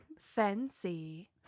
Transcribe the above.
Fancy